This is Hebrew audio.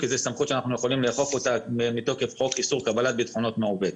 כי זו סמכות שאנחנו יכולים לאכוף מתוקף חוק איסור קבלת ביטחונות מעובד.